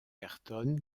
ayrton